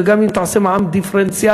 וגם אם תעשה מע"מ דיפרנציאלי,